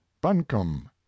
buncombe